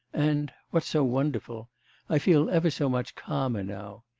and what's so wonderful i feel ever so much calmer now.